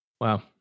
Wow